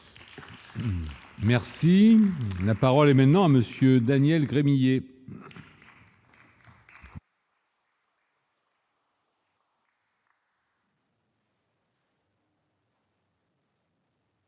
Merci, la parole est maintenant à Monsieur Daniel Gremillet.